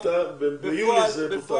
ביוני זה בוטל.